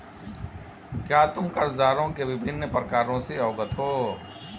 क्या तुम कर्जदारों के विभिन्न प्रकारों से अवगत हो?